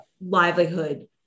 livelihood